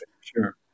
Sure